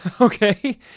okay